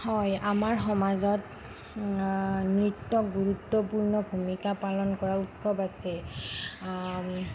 হয় আমাৰ সমাজত নৃত্য গুৰুত্বপূৰ্ণ ভূমিকা পালন কৰা উৎসৱ আছে